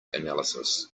analysis